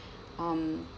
um